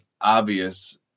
obvious